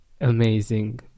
amazing